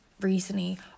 recently